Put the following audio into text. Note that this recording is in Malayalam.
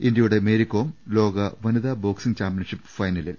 ഇന്ത്യയുടെ മേരികോം ലോക വനിതാബോക്സിംഗ് ചാമ്പ്യൻഷിപ്പ് ഫൈനലിൽ